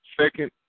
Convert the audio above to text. second